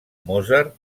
mozart